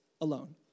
alone